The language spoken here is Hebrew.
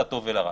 לטוב ולרע.